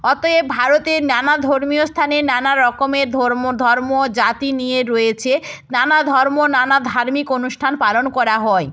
অতএব ভারতের নানা ধর্মীয় স্থানে নানা রকমের ধর্ম ধর্ম জাতি নিয়ে রয়েছে নানা ধর্ম নানা ধার্মিক অনুষ্ঠান পালন করা হয়